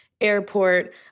airport